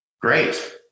Great